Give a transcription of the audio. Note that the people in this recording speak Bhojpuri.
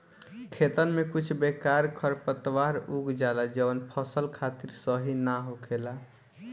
खेतन में कुछ बेकार खरपतवार उग जाला जवन फसल खातिर सही ना होखेला